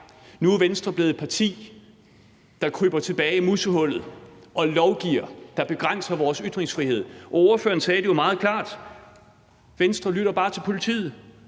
Nu er Venstre blevet et parti, der kryber tilbage i musehullet og lovgiver, så det begrænser vores ytringsfrihed. Og ordføreren sagde det jo meget klart: Venstre lytter bare til politiet,